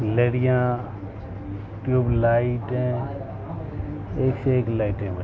لڑیاں tube لائٹیں ایک سے ایک لائٹیں بننے لگی